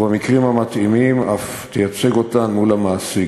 ובמקרים המתאימים היא אף תייצג אותן מול המעסיק.